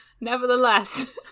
Nevertheless